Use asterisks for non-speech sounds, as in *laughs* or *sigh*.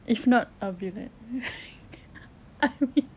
if not I'll be like *laughs* I mean